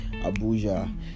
Abuja